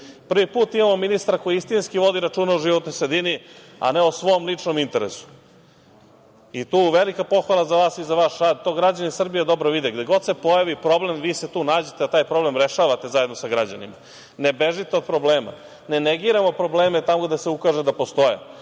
put imamo ministra koji istinski vodi računa o životnoj sredini, a ne o svom ličnom interesu i tu velika pohvala za vas i za vaš rad, to građani Srbije dobro vide. Gde god se pojavi problem, vi se tu nađete da taj problem rešavate zajedno sa građanima, ne bežite od problema, ne negiramo probleme tamo gde se ukaže da postoje,